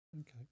Okay